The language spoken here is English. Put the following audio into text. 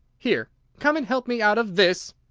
here! come and help me out of this!